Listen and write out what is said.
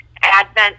advent